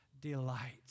delight